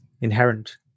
inherent